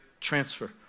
transfer